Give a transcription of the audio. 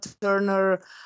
Turner